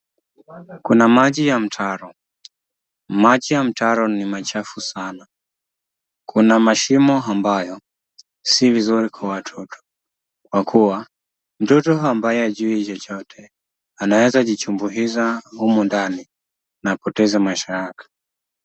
Kuna maji ya mtaro, maji ya mtaro ni machafu sana, kuna mashimo ambayo si vizuri kwa watoto kwa kuwa mtoto ambaye hajui chochote anaeza jichumbuiza humu ndani na apoteze maisha yake.